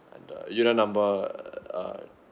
and uh unit number err